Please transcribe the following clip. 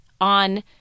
on